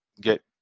get